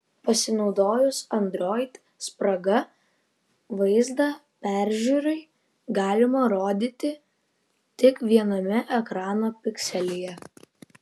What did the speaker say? pasinaudojus android spraga vaizdą peržiūrai galima rodyti tik viename ekrano pikselyje